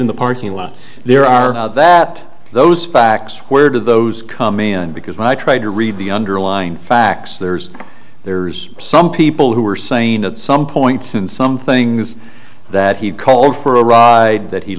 in the parking lot there are that those facts where did those come in because when i tried to read the underlying facts there's there's some people who are saying at some points in some things that he called for a ride that he